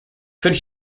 could